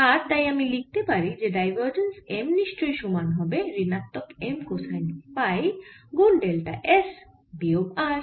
আর তাই আমি লিখতে পারি যে ডাইভারজেন্স M নিশ্চই সমান হবে ঋণাত্মক M কোসাইন ফাই গুন ডেল্টা S বিয়োগ R